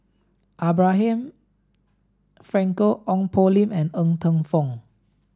Abraham Frankel Ong Poh Lim and Ng Teng Fong